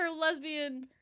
lesbian